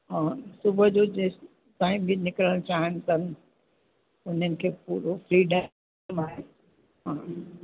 हा सुबुह जो जेसीं ताईं बि निकरण चाहिनि त उन्हनि खे पूरो फ़्रीडम आहे हा